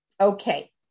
Okay